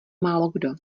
málokdo